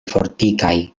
fortikaj